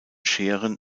scheren